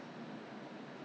我不懂是